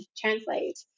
translate